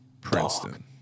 Princeton